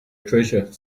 treasure